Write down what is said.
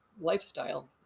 lifestyle